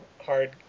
hard